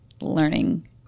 learning